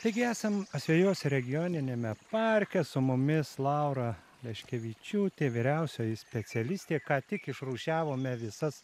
taigi esam asvejos regioniniame parke su mumis laura leškevičiūtė vyriausioji specialistė ką tik išrūšiavome visas